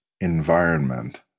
environment